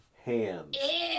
hands